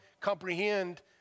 comprehend